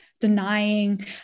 denying